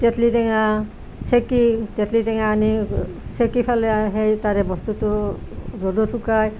তেতলি টেঙা চেকি তেতলি টেঙা আনি চেকি ফেলাই সেই তাৰে বস্তুতো ৰ'দত শুকাই